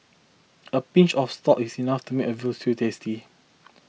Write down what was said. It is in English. a pinch of salt is enough to make a Veal Stew tasty